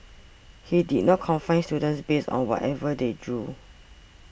he did not confines students based on whatever they drew